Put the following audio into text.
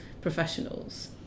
professionals